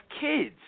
kids